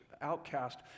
outcast